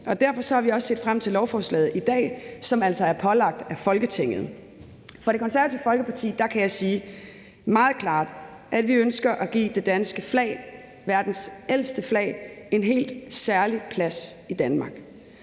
Derfor har vi også set frem til lovforslaget i dag, som altså er pålagt af Folketinget. For Det Konservative Folkeparti kan jeg sige meget klart, at vi ønsker at give det danske flag, verdens ældste flag, en helt særlig plads i Danmark.